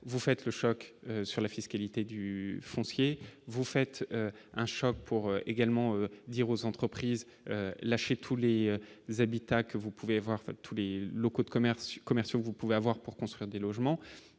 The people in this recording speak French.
vous faites le choc sur la fiscalité du foncier, vous faites un choc pour également dire aux entreprises chez tous les habitats que vous pouvez voir fait tous les locaux de commerciaux commerciaux, vous pouvez avoir pour construire des logements et